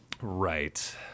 Right